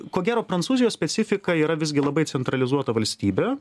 ko gero prancūzijos specifika yra visgi labai centralizuota valstybė